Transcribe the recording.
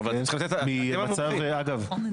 אגב,